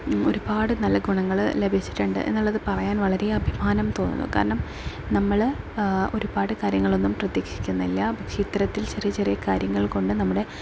ഒരുപാട് നല്ല ഗുണങ്ങൾ ലഭിച്ചിട്ടുണ്ട് എന്നുള്ളത് പറയാൻ വളരെ അഭിമാനം തോന്നുന്നു കാരണം നമ്മൾ ഒരുപാട് കാര്യങ്ങളൊന്നും പ്രതിക്ഷിക്കുന്നില്ല പക്ഷെ ഇത്തരത്തിൽ ചെറിയ ചെറിയ കാര്യങ്ങൾ കൊണ്ട് നമ്മുടെ